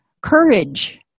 courage